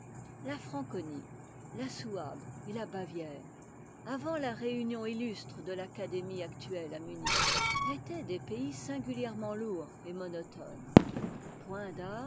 la franconie la souabe et la bavière avant la réunion illustre de l'académie actuelle à munich étaient des pays singulièrement tourds et monotones point